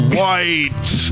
White